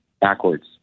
backwards